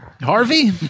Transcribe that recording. Harvey